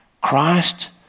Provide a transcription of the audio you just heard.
Christ